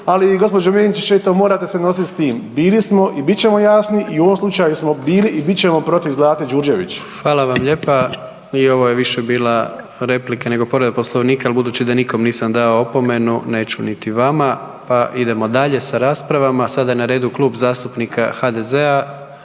ali gđo. Benčić eto morate se nosit s tim. Bili smo i bit ćemo jasni i u ovom slučaju smo bili i bit ćemo protiv Zlate Đurđević. **Jandroković, Gordan (HDZ)** Fala vam lijepa. I ovo je više bila replika nego povreda Poslovnika, al budući da nikom nisam dao opomenu neću niti vama, pa idemo dalje sa raspravama. Sada je na redu Klub zastupnika HDZ-a,